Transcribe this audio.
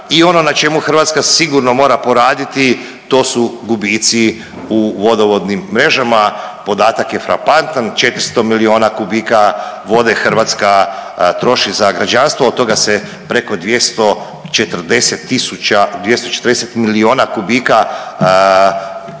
I ono na čemu Hrvatska sigurno mora poraditi to su gubici u vodovodnim mrežama. Podatak je frapantan. 400 milijuna kubika vode Hrvatska troši za građanstvo. Od toga se preko 240 000, 240 milijuna kubika negdje